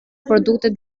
produkte